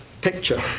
picture